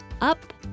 up